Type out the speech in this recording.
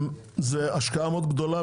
זו השקעה מאוד גדולה,